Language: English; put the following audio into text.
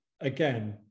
again